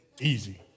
Easy